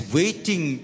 waiting